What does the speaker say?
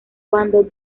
cuando